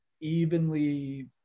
evenly